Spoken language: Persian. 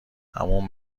همون